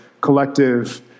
collective